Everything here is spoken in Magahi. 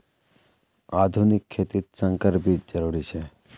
आधुनिक खेतित संकर बीज जरुरी छे